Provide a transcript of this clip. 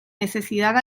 necesidad